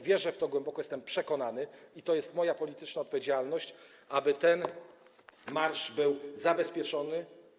Wierzę w to głęboko, jestem przekonany - i to jest moja polityczna odpowiedzialność - że ten marsz będzie zabezpieczony.